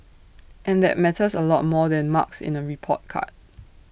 and that matters A lot more than marks in A report card